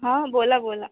हां बोला बोला